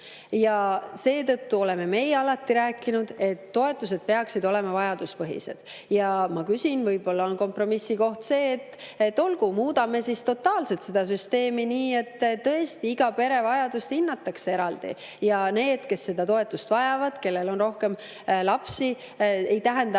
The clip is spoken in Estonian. ja seetõttu oleme meie alati rääkinud, et toetused peaksid olema vajaduspõhised. Ma küsin, võib-olla on kompromissikoht see, et olgu, muudame totaalselt seda süsteemi nii, et tõesti iga pere vajadust hinnatakse eraldi, ja [saavad] need, kes seda toetust vajavad – rohkem lapsi ei tähenda